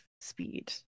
speed